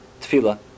Tefillah